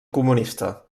comunista